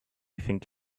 think